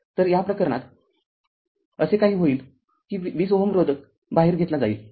तरया प्रकरणात असे काय होईल की २Ω रोधक बाहेर घेतला जाईल